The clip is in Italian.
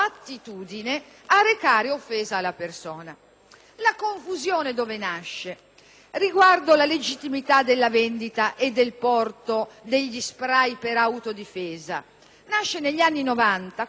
La confusione riguardo la legittimità della vendita e del porto degli spray per autodifesa nasce negli anni Novanta, quando in Italia, ma soprattutto in Europa, vengono